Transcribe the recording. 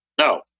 No